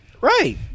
Right